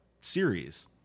series